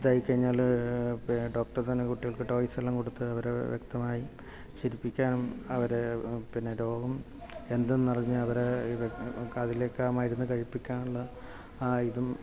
ഇതായി കഴിഞ്ഞാൽ ഡോക്ടർ തന്നെ കുട്ടികൾക്ക് ടോയ്സെല്ലാം കൊടുത്ത് അവരെ വ്യക്തമായി ചിരിപ്പിക്കാൻ അവരെ പിന്നെ രോഗം എന്തെന്ന് അറിഞ്ഞു അവരേ അതിലേക്ക് ആ മരുന്ന് കഴിപ്പിക്കാൻ ഉള്ള ആ ഇതും